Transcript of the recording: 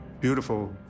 beautiful